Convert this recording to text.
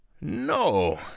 No